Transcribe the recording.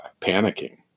panicking